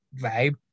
vibe